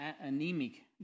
anemic